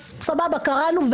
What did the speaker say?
אז סבבה קראנו.